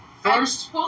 first